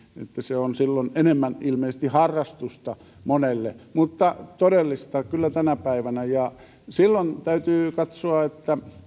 se on silloin enemmän ilmeisesti harrastusta monelle mutta todellista kyllä tänä päivänä ja silloin täytyy katsoa